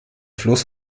fluss